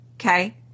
Okay